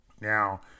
Now